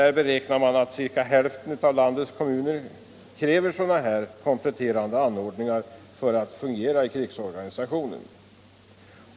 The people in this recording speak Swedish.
Där beräknar man att ca hälften av landets kommuner kräver kompletterande anordningar för att kunna fungera i krigsorganisationen.